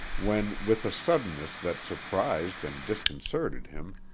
when, with a suddenness that surprised and disconcerted him,